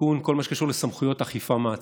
לתיקון כל מה שקשור לסמכויות אכיפה, מעצרים.